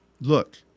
look